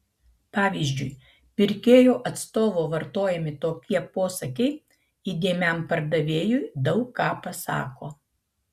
pavyzdžiui pirkėjo atstovo vartojami tokie posakiai įdėmiam pardavėjui daug ką pasako